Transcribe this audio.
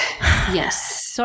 Yes